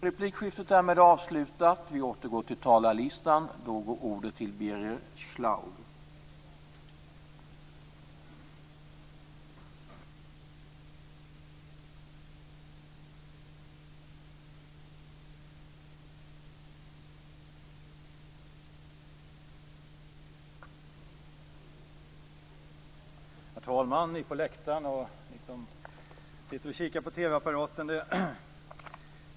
Herr talman! Ni på läktaren och ni som sitter hemma vid TV-apparaterna!